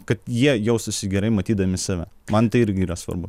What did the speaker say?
kad jie jaustųsi gerai matydami save man tai irgi yra svarbu